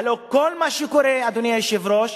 הלוא כל מה שקורה, אדוני היושב-ראש,